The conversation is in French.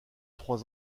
trois